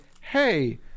hey